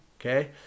okay